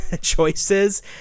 choices